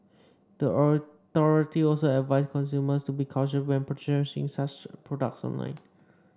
the authority also advised consumers to be cautious when purchasing such products online